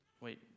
wait